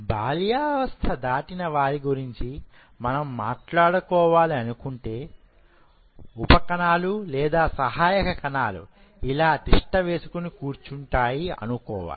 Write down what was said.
బాల్యావస్థ దాటిన వారి గురించి మనం మాట్లాడుకోవాలి అనుకుంటే ఉపకణాలు ఇలా తిష్ట వేసుకుని కూర్చుంటాయిఅనుకోవాలి